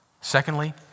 Secondly